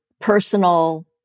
personal